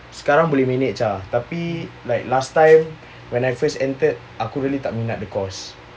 sekarang boleh manage ah tapi like last time when I first entered aku really tak minat the course